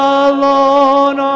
alone